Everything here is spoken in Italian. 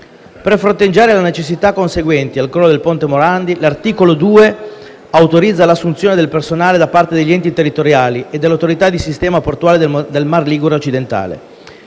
Per fronteggiare le necessità conseguenti al crollo del ponte Morandi, l’articolo 2 autorizza l’assunzione di personale da parte degli enti territoriali e dell’Autorità di sistema portuale del Mar ligure occidentale.